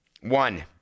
One